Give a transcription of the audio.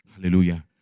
Hallelujah